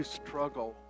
struggle